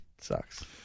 sucks